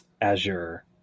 azure